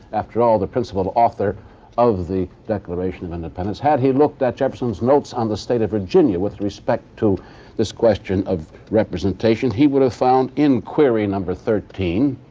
after all, the principal author of the declaration of independence. had he, looked at jefferson's notes on the state of virginia with respect to this question of representation, he would've found in query no. thirteen,